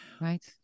right